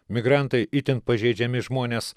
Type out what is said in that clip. migrantai itin pažeidžiami žmonės